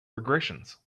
regressions